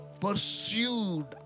pursued